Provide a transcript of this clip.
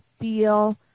feel